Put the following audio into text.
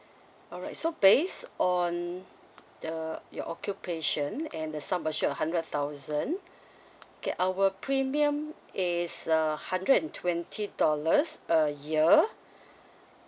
alright so based on the your occupation and the sum assured a hundred thousand okay our premium is a hundred and twenty dollars a year